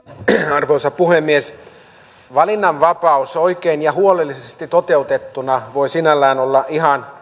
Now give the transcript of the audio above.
arvoisa puhemies valinnanvapaus oikein ja huolellisesti toteutettuna voi sinällään olla ihan